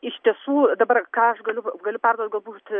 iš tiesų dabar ką aš galiu galiu perduot galbūt